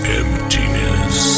emptiness